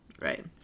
Right